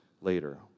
later